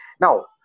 Now